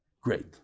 Great